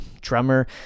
drummer